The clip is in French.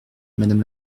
madame